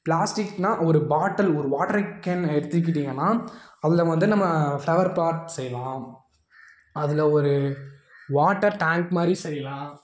ப்ளாஸ்டிக்னால் ஒரு பாட்டல் ஒரு water can எடுத்துக்கிட்டீங்கனால் அதில் வந்து நம்ம ப்ளவர் பாட்ஸ் செய்யலாம் அதில் ஒரு வாட்டர் டேங்க் மாதிரி செய்யலாம்